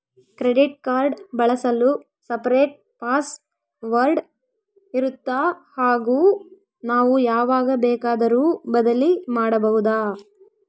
Credit card ಬಳಸಲು separate password ಇರುತ್ತಾ ಹಾಗೂ ನಾವು ಯಾವಾಗ ಬೇಕಾದರೂ ಬದಲಿ ಮಾಡಬಹುದಾ?